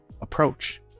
approach